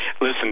listen